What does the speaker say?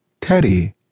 Teddy